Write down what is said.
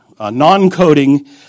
non-coding